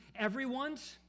everyones